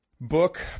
Book